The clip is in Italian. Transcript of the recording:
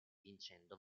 vincendo